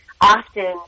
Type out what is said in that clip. often